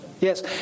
Yes